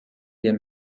wir